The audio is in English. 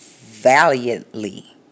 valiantly